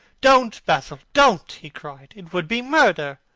don't, basil, don't! he cried. it would be murder!